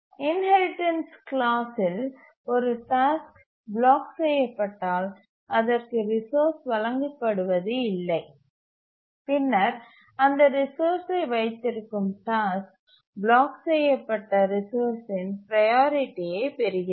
inheritance class இல் ஒரு task block செய்யப்பட்டால் அதற்கு ரிசோர்ஸ் வழங்க படுவது இல்லை பின்னர் அந்த ரிசோர்ஸ்சை வைத்திருக்கும் டாஸ்க் பிளாக் செய்யப்பட்ட ரிசோர்சின் ப்ரையாரிட்டியைப் பெறுகிறது